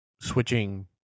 switching